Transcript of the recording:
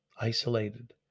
isolated